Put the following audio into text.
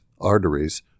arteries